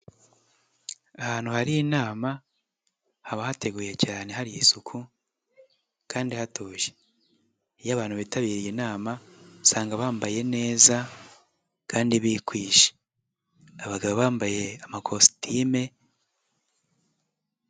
Ahantu hari inama haba hateguye cyane hari isuku kandi hatuje. Iyo abantu bitabiriye inama, usanga bambaye neza kandi bikwije. Abagabo bambaye amakositime.